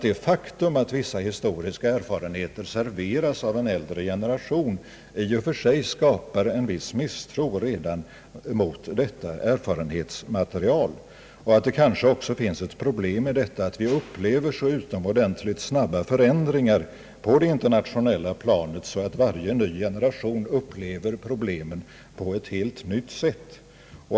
Det faktum att vissa historiska erfarenheter serveras av en äldre generation skapar i och för sig en viss misstro mot detta erfarenhetsmaterial. Det kanske också ligger ett problem i detta att vi upplever så utomordentligt snabba förändringar på det internationella planet, att varje ny generation upplever svårigheterna på ett helt nytt sätt.